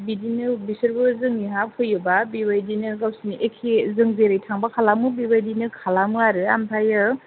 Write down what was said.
बिदिनो बिसोरबो जोंनिहा फैयोबा बेबायदिनो गावसोरनि एखे जों जेरै थांबा खालामो बेबायदिनो खालामो आरो ओमफ्रायो